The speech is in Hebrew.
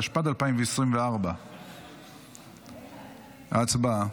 התשפ"ד 2024. הצבעה.